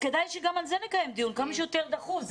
כדאי שגם על זה נקיים דיון כמה שיותר דחוף,